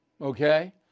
Okay